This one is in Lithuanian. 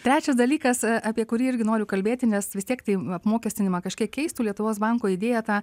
trečias dalykas apie kurį irgi noriu kalbėti nes vis tiek tai apmokestinimą kažkiek keistų lietuvos banko idėja tą